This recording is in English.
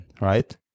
right